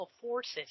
forces